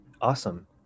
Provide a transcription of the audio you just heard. Awesome